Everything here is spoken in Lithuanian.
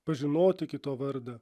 pažinoti kito vardą